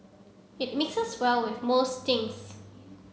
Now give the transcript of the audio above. it mixes well with most things